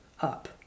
up